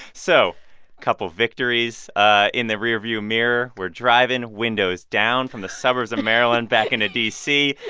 so couple victories ah in the rearview mirror. we're driving, windows down, from the suburbs of maryland back into d c,